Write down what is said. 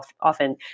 often